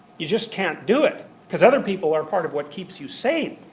you just can't do it. because other people are part of what keeps you safe.